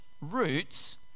roots